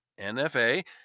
NFA